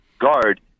guard